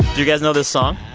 you guys know this song?